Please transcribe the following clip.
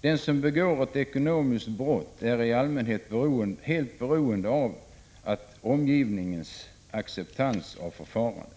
Den som begår ett ekonomiskt brott är i allmänhet helt beroende av att ha omgivningens accepterande av förfarandet.